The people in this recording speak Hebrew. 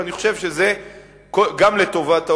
אבל אני חושב שזה גם לטובת העולם,